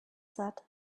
said